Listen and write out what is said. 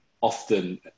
often